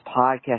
Podcast